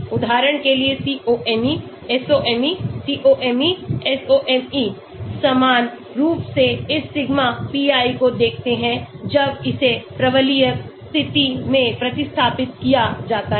उदाहरण के लिए COMe SOMe COMe SOMe समान रूप से इस सिग्मा pi को देखते हैं जब इसे परवलयिक स्थिति में प्रतिस्थापित किया जाता है